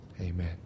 amen